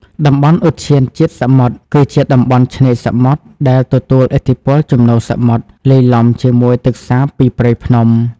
តំបន់ឧទ្យានជាតិសមុទ្រ គឺជាតំបន់ឆ្នេរសមុទ្រដែលទទួលឥទ្ធិពលជំនោរសមុទ្រ លាយឡំជាមួយទឹកសាបពីព្រៃភ្នំ។